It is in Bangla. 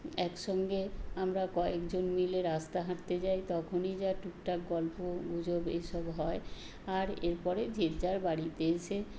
একসঙ্গে আমরা কয়েক জন মিলে রাস্তা হাঁটতে যাই তখনই যা টুক টাক গল্পগুজব এইসব হয় আর এরপরে যের যার বাড়িতে এসে